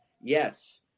yes